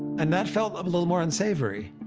and that felt a little more unsavory.